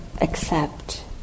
accept